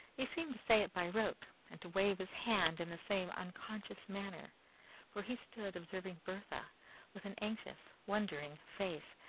he seemed to say it by rote, and to wave his hand in the same unconscious manner for he stood observing bertha with an anxious wondering face,